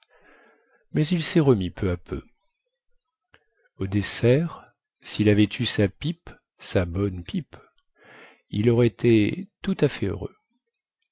mais il sest remis peu à peu au dessert sil avait eu sa pipe sa bonne pipe il aurait été tout fait heureux